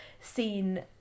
seen